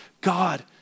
God